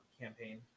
campaign